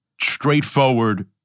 straightforward